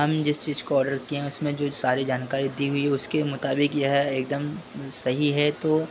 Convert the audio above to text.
हम जिस चीज़ को ऑर्डर किए हैं उसमें जो सारी जानकारी दी हुई है उसके मुताबिक यह एकदम सही है तो